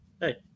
hey